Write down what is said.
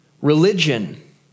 religion